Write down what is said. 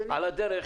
מה?